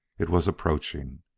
it was approaching!